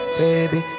baby